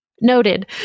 Noted